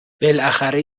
بالاخره